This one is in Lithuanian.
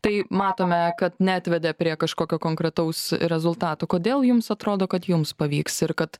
tai matome kad neatvedė prie kažkokio konkretaus rezultato kodėl jums atrodo kad jums pavyks ir kad